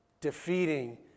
Defeating